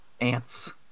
Ants